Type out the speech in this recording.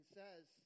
says